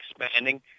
expanding